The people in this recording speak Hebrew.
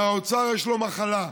האוצר, יש לו מחלה: